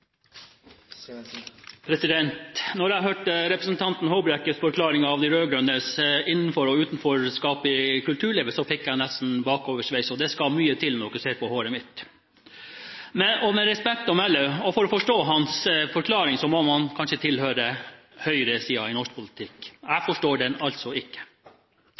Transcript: jeg hørte representanten Håbrekkes forklaring av de rød-grønnes innenfor- og utenforskap i kulturlivet, fikk jeg nesten bakoversveis. Og det skal mye til, når dere ser på håret mitt. Med respekt å melde: For å forstå hans forklaring må man kanskje tilhøre høyresiden i norsk politikk. Jeg forstår den altså ikke.